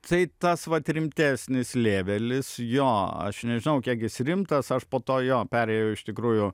tai tas vat rimtesnis lėvelis jo aš nežinau kiek jis rimtas aš po to jo perėjau iš tikrųjų